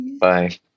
Bye